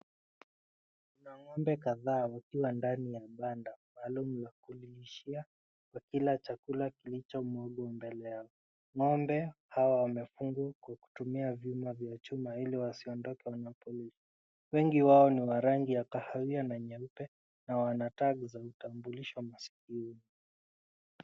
Kuna ng'ombe kadhaa wakiwa ndani ya banda ambalo ni la kulishia wakila chakula kilichomwagwa mbele yao. Ng'ombe hawa wamefungwa kwa kutumia vyuma vya chuma ili wasiondoke wanapoli... Wengi wao ni wa rangi ya kahawia na nyeupe na wana tag za kutambulisha masikioni.